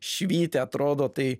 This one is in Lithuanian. švyti atrodo tai